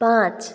पाँच